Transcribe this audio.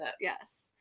yes